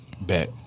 Bet